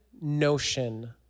notion